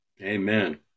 Amen